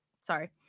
sorry